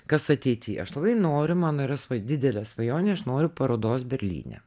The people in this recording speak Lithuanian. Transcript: kas ateity aš labai noriu mano yra sva didelė svajonė aš noriu parodos berlyne